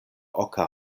oka